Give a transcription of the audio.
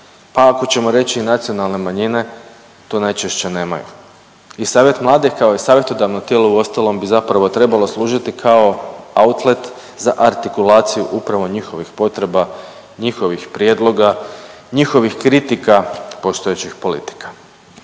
pa ako ćemo reći i nacionalne manjine to najčešće nemaju. Savjet mladih kao i savjetodavno tijelo uostalom bi zapravo trebalo služiti kao outlet za artikulaciju upravo njihovih potreba, njihovih prijedloga, njihovih kritika postojećih politika,